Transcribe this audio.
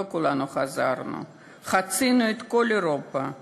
לא כולנו חזרנו/ חצינו את כל אירופה/